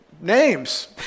names